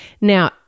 Now